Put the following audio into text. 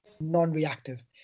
non-reactive